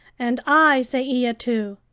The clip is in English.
and i say iya too,